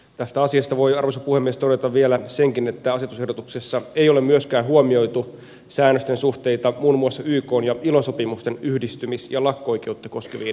tästä asiasta voi arvoisa puhemies todeta vielä senkin että asetusehdotuksessa ei ole myöskään huomioitu säännösten suhteita muun muassa ykn ja ilon sopimusten yhdistymis ja lakko oikeutta koskeviin määräyksiin